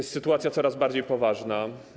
Sytuacja jest coraz bardziej poważna.